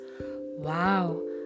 Wow